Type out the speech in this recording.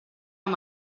amb